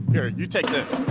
here, you take this.